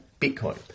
Bitcoin